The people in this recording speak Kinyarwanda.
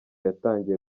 yatangiye